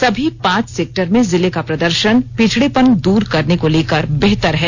सभी पांच सेक्टर में जिले का प्रदर्शन पिछडेपन दूर करने को लेकर बेहतर है